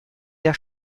der